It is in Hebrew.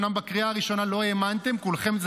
אומנם בקריאה הראשונה לא האמנתם כולכם,